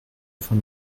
von